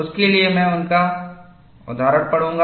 उसके लिए मैं उनका उद्धरण पढूंगा